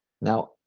Now